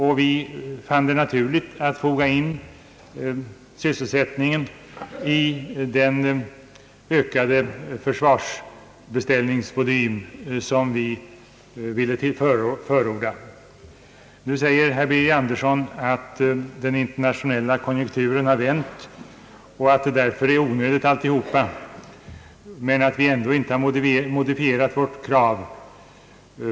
Vi finner det därför naturligt att sammankoppla sysselsättningen med den ökade försvarsbeställningsvolym som vi vill förorda. Nu säger herr Birger Andersson att den internationella konjunkturen har vänt och att allt detta därför är onödigt, men att vi ändå inte har modifierat vårt krav.